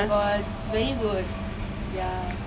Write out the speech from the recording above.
oh my god it's very good ya